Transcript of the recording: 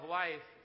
life